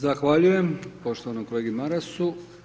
Zahvaljujem poštovanom kolegi Marasu.